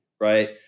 right